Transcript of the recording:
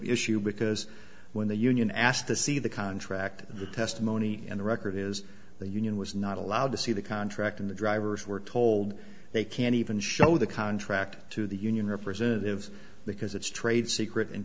issue because when the union asked to see the contract the testimony in the record is the union was not allowed to see the contract in the drivers we're told they can't even show the contract to the union representatives because it's trade secret and